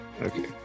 Okay